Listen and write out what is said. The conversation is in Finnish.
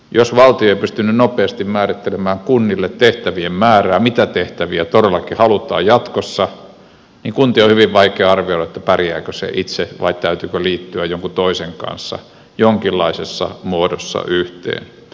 jos valtio ei pysty nyt nopeasti määrittelemään kunnille tehtävien määrää mitä tehtäviä todellakin halutaan jatkossa niin kuntien on hyvin vaikea arvioida pärjääkö itse vai täytyykö liittyä jonkun toisen kanssa jonkinlaisessa muodossa yhteen